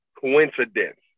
coincidence